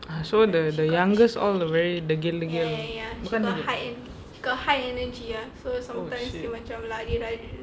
ah so the youngest all the very degil-degil bukan ke oh shit